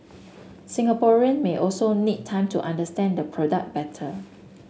Singaporean may also need time to understand the product better